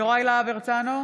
יוראי להב הרצנו,